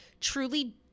truly